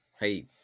Hey